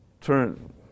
turn